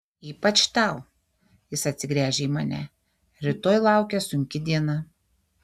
ypač tau jis atsigręžia į mane rytoj laukia sunki diena